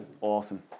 Awesome